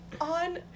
on